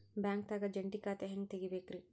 ಬ್ಯಾಂಕ್ದಾಗ ಜಂಟಿ ಖಾತೆ ಹೆಂಗ್ ತಗಿಬೇಕ್ರಿ?